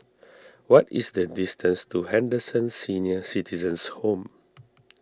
what is the distance to Henderson Senior Citizens' Home